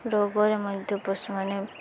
ରୋଗରେ ମଧ୍ୟ ପଶୁମାନେ